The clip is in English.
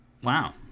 Wow